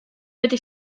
wedi